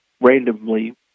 randomly